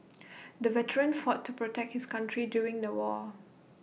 the veteran fought to protect his country during the war